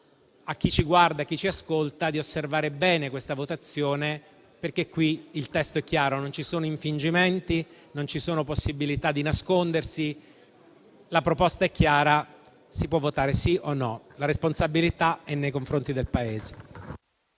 a chi ci guarda, a chi ci ascolta, di osservare bene questa votazione. Qui il testo è chiaro: non ci sono infingimenti, non ci sono possibilità di nascondersi. La proposta è chiara: si può votare sì o no. La responsabilità è nei confronti del Paese.